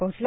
पोहोचला